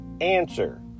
answer